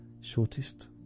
Shortest